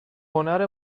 هنر